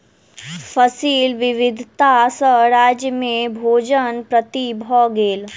फसिल विविधता सॅ राज्य में भोजन पूर्ति भ गेल